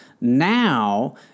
now